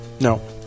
No